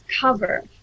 cover